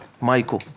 Michael